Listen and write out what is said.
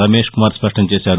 రమేష్ కుమార్ స్పష్టం చేశారు